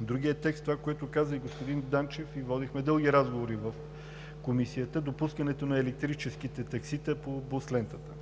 Другият текст – това, което казва и господин Данчев, ние водихме дълги разговори в Комисията за допускането на електрическите таксита по бус лентата,